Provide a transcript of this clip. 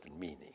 meaning